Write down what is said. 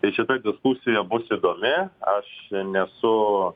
tai čia ta diskusija bus įdomi aš nesu